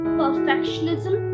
perfectionism